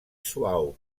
suau